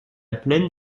plaine